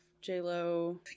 J-Lo